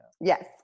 Yes